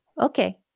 Okay